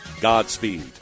Godspeed